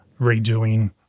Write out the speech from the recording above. redoing